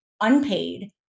unpaid